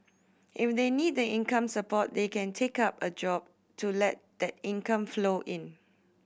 if they need the income support then they can take up a job to let that income flow in